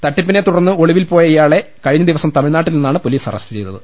തട്ടി പ്പിനെ തുടർന്ന് ഒളിവിൽ പോയ ഇയാളെ കഴിഞ്ഞ ദിവസം തമി ഴ്നാട്ടിൽ നിന്നാണ് പൊലീസ് അറസ്റ്റു ചെയ്തത്